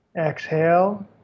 Exhale